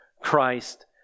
Christ